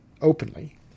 openly